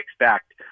expect